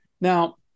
Now